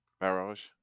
barrage